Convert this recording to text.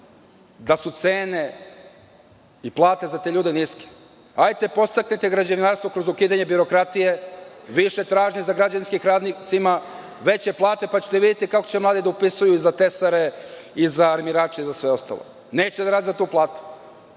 da su cene i plate za te ljude niske. Podstaknite građevinarstvo kroz ukidanje birokratije, više tražnje za građevinskim radnicima, veće plate, pa ćete videti kako će mladi da upisuju za tesare i za armirače i za sve ostalo. Neće da rade za tu platu.